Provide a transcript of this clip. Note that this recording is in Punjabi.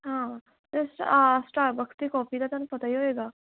ਹਾਂ ਅਤੇ ਅਸ ਸਟਾਰਬਕਸ 'ਤੇ ਕੋਫੀ ਦਾ ਤੁਹਾਨੂੰ ਪਤਾ ਹੀ ਹੋਏਗਾ